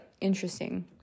interesting